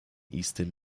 eastern